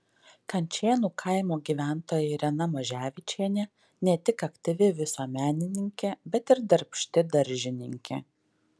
kančėnų kaimo gyventoja irena maževičienė ne tik aktyvi visuomenininkė bet ir darbšti daržininkė